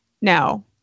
no